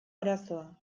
arazoa